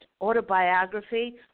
autobiography